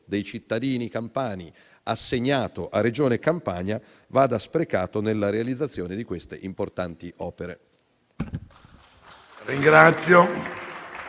dei cittadini campani assegnato a Regione Campania vada sprecato nella realizzazione di queste importanti opere.